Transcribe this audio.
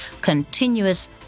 continuous